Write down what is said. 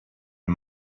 est